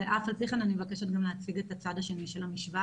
ואף על פי כן אני מבקשת גם להציג את הצד השני של המשוואה.